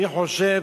אני חושב